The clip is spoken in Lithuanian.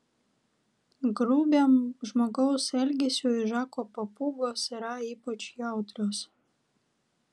grubiam žmogaus elgesiui žako papūgos yra ypač jautrios